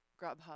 Grubhub